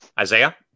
Isaiah